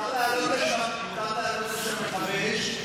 אפשר להעלות לשם כיתה של מכבי אש?